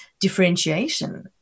differentiation